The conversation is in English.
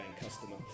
customer